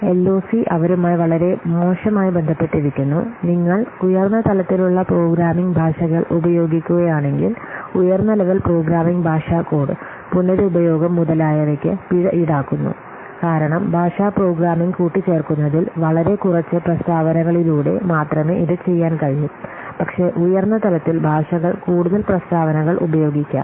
LOC അവരുമായി വളരെ മോശമായി ബന്ധപ്പെട്ടിരിക്കുന്നു നിങ്ങൾ ഉയർന്ന തലത്തിലുള്ള പ്രോഗ്രാമിംഗ് ഭാഷകൾ ഉപയോഗിക്കുകയാണെങ്കിൽ ഉയർന്ന ലെവൽ പ്രോഗ്രാമിംഗ് ഭാഷാ കോഡ് പുനരുപയോഗം മുതലായവയ്ക്ക് പിഴ ഈടാക്കുന്നു കാരണം ഭാഷാ പ്രോഗ്രാമിംഗ് കൂട്ടിച്ചേർക്കുന്നതിൽ വളരെ കുറച്ച് പ്രസ്താവനകളിലൂടെ മാത്രമേ ഇത് ചെയ്യാൻ കഴിയൂ പക്ഷേ ഉയർന്ന തലത്തിൽ ഭാഷകൾ കൂടുതൽ പ്രസ്താവനകൾ ഉപയോഗിക്കാം